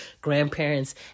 grandparents